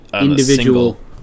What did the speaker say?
individual